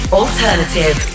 alternative